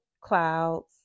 clouds